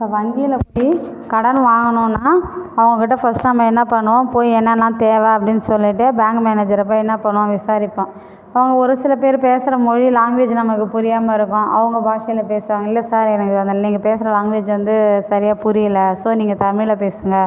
இப்போ வங்கியில் போய் கடன் வாங்குனோன்னா அவங்க கிட்ட ஃபஸ்ட்டு நம்ம என்ன பண்ணுவோம் போய் என்னாலாம் தேவை அப்படின்னு சொல்லிட்டு பேங் மேனேஜர் போய் என்ன பண்ணுவோம் விசாரிப்போம் அவங்க ஒரு சில பேர் பேசுகிற மொழி லாங்குவேஜ் நமக்கு புரியாமல் இருக்கும் அவங்க பாஷையில் பேசுவாங்கள் இல்லை சார் எனக்கு அந்த நீங்கள் பேசுறது லாங்குவேஜ் வந்து சரியாக புரியலை ஸோ நீங்கள் தமிழில் பேசுங்கள்